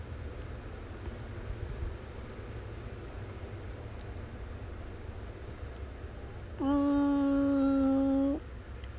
mm